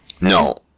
No